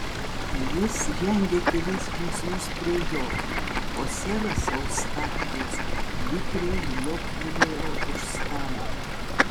jis žengė kelis žingsnius prie jo o seras eustachijus vikriai liuoktelėjo už stalo